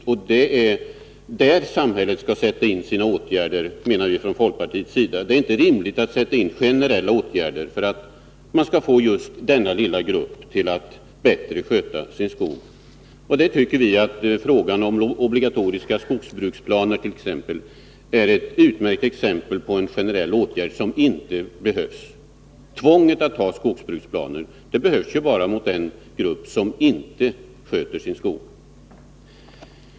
Vi i folkpartiet menar att det är där samhället skall sätta in åtgärder — det är inte rimligt att sätta in generella åtgärder för att få just denna lilla grupp att bättre sköta sin skog, och vi tycker att frågan om obligatoriska skogsbruksplaner är ett utmärkt exempel på en generell åtgärd som inte behövs! Tvånget att ha skogsbruksplaner behövs bara mot den grupp som inte sköter sin skog.